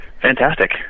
Fantastic